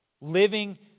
Living